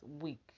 week